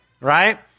right